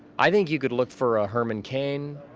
i think you could look for a herman cain,